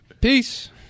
Peace